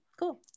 Cool